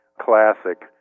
classic